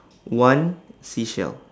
one seashell